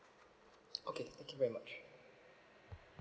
okay thank you very much